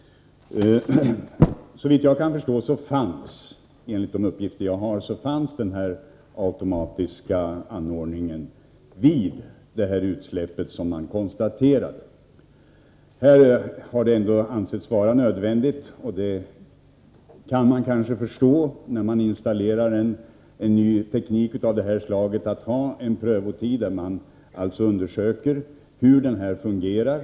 Enligt de uppgifter som jag har fanns det en utrustning för automatisk avstängning vid den tidpunkt då det konstaterade utsläppet skedde. Här har det ändå ansetts vara nödvändigt — det kan man kanske förstå när det gäller installation av ny teknik av det här slaget — med en prövotid under vilken man undersöker hur anläggningen fungerar.